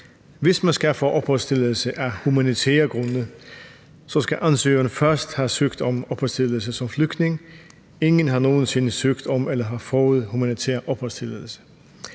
Hvis man skal have opholdstilladelse af humanitære grunde, skal ansøgeren først have søgt om opholdstilladelse som flygtning. Ingen har nogen sinde søgt om eller fået humanitær opholdstilladelse.